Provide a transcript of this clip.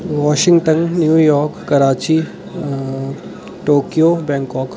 Washington New York Karachi Tokyo Bangkok